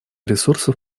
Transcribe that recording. ресурсов